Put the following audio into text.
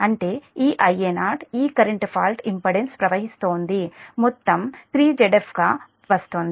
అంటే ఈ Ia0 ఈ కరెంట్ ఫాల్ట్ ఇంపెడెన్స్ ప్రవహిస్తోంది మొత్తం 3 Zf గా వస్తుంది